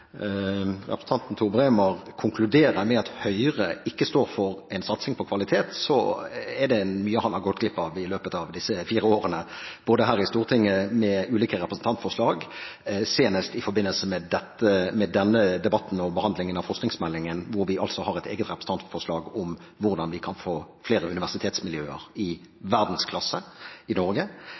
representanten Tor Bremer konkluderer med at Høyre ikke står for en satsing på kvalitet, er det mye han har gått glipp av i løpet av disse fire årene her i Stortinget, bl.a. ulike representantforslag – senest i forbindelse med denne debatten og behandlingen av forskningsmeldingen, hvor vi altså har et eget representantforslag om hvordan vi kan få flere universitetsmiljøer i verdensklasse i Norge.